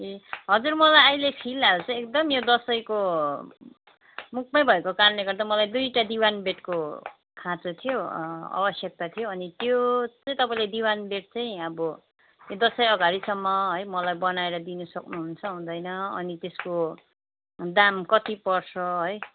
ए हजुर मलाई आहिले फिलहाल चाहिँ एकदम यो दसैँको मुखमै भएको कारणले गर्दा मलाई दुइटा दिवान बेडको खाँचो थियो आवश्यकता थियो अनि त्यो चाहिँ तपाईँले दिवान बेड चाहिँ अब त्यो दसैँअगाडिसम्म है मलाई बनाएर दिनु सक्नुहुन्छ हुँदैन अनि त्यसको दाम कति पर्छ है